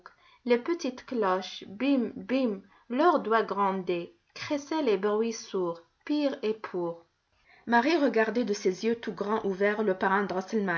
les petites cloches bim bim l'heure doit gronder crécelle et bruit sourd pirr et pourr marie regardait de ses yeux tout grands ouverts le parrain